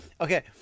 okay